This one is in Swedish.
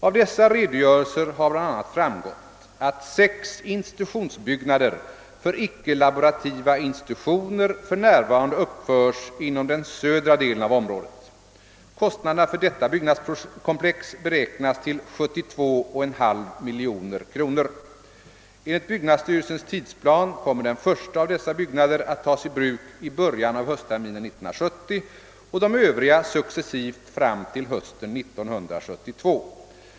Av dessa redogörelser har bl.a. framgått att sex institutionsbyggnader för icke-laborativa institutioner för närvarande uppförs inom den södra delen av området. Kostnaderna för detta byggnadskomplex beräknas till 72,5 miljoner kronor. Enligt byggnadsstyrelsens tidsplan kommer den första av dessa byggnader att tas i bruk i början av höstterminen 1970 och de övriga successivt fram till hösten 1972.